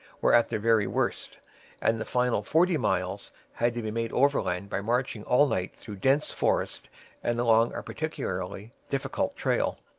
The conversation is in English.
were at their very worst and the final forty miles had to be made overland by marching all night through dense forest and along a particularly difficult trail.